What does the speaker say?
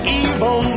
evil